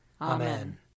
Amen